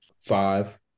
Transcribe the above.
Five